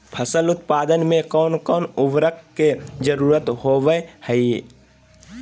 फसल उत्पादन में कोन कोन उर्वरक के जरुरत होवय हैय?